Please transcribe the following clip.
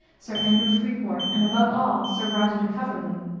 sir andrew freeport, and, above all, sir roger de coverley,